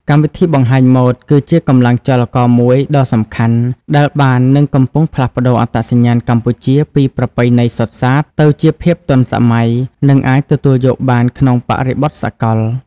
កម្មវិធីបង្ហាញម៉ូដគឺជាកម្លាំងចលករមួយដ៏សំខាន់ដែលបាននឹងកំពុងផ្លាស់ប្តូរអត្តសញ្ញាណកម្ពុជាពីប្រពៃណីសុទ្ធសាធ ទៅជាភាពទាន់សម័យ និងអាចទទួលយកបានក្នុងបរិបទសកល។